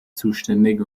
zuständig